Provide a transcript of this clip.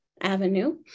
Avenue